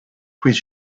quiz